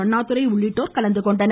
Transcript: அண்ணாதுரை உள்ளிட்டோர் கலந்துகொண்டனர்